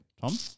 Tom